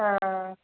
ஆ ஆ